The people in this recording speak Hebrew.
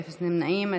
אין נמנעים.